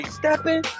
stepping